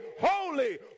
holy